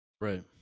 Right